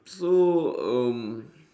so um